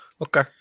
Okay